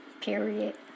period